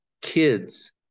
Kids